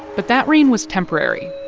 but that rain was temporary,